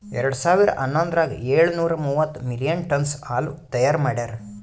ಎರಡು ಸಾವಿರಾ ಹನ್ನೊಂದರಾಗ ಏಳು ನೂರಾ ಮೂವತ್ತು ಮಿಲಿಯನ್ ಟನ್ನ್ಸ್ ಹಾಲು ತೈಯಾರ್ ಮಾಡ್ಯಾರ್